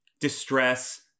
distress